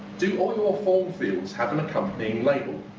do all your form fields have an accompanying label?